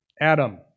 Adam